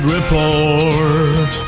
Report